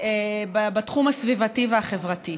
בתחום הסביבתי והחברתי.